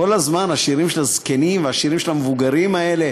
כל הזמן השירים של הזקנים והשירים של המבוגרים האלה.